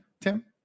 Tim